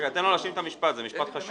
רגע, תן לו להשלים את המשפט, זה משפט חשוב.